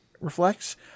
reflects